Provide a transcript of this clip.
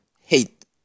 hate